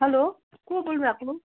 hello को बोल्नुभएको हो